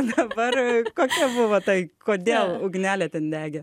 dabar kokia buvo ta kodėl ugnelė ten degė